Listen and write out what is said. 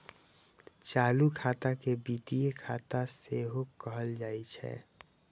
चालू खाता के वित्तीय खाता सेहो कहल जाइ छै